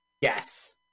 Yes